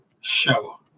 show